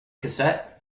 cassette